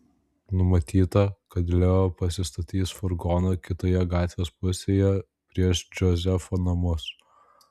numatyta kad leo pasistatys furgoną kitoje gatvės pusėje prieš džozefo namus